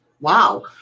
wow